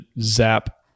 zap